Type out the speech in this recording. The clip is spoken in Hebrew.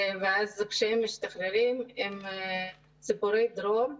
ואז כשהם משתחררים עם ציפורי דרור,